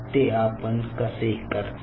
ते आपण कसे करतो